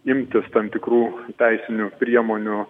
imtis tam tikrų teisinių priemonių